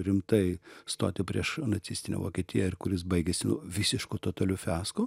rimtai stoti prieš nacistinę vokietiją ir kuris baigėsi nu visišku totaliu fiasko